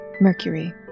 mercury